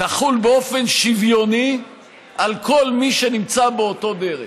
תחול באופן שוויוני על כל מי שנמצא באותו דרג.